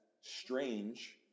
strange